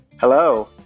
Hello